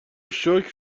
شکر